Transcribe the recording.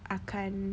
akan